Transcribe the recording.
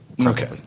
okay